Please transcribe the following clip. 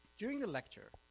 during the lecture,